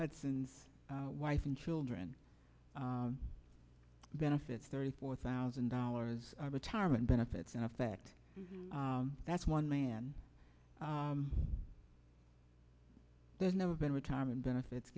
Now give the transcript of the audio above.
hudson's wife and children benefits thirty four thousand dollars retirement benefits in effect that's one man there's never been retirement benefits